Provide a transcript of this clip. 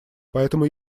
поэтому